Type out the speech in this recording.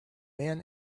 man